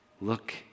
Look